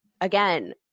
again